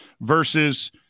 versus